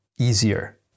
easier